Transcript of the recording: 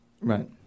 Right